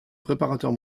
préparateur